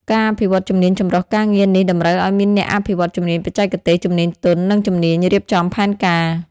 ការអភិវឌ្ឍជំនាញចម្រុះការងារនេះតម្រូវឱ្យមានអ្នកអភិវឌ្ឍជំនាញបច្ចេកទេស ជំនាញទន់ និងជំនាញរៀបចំផែនការ។